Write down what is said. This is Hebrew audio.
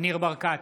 ניר ברקת,